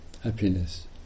happiness